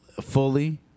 fully